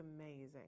amazing